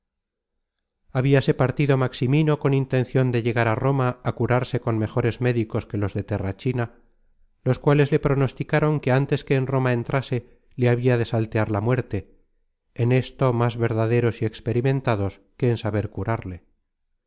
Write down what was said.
habíase partido maximino con intencion de llegar á roma á curarse con mejores médicos que los de terrachina los cuales le pronosticaron que antes que en roma entrase le habia de saltear la muerte en esto más verdaderos y experimentados que en saber curarle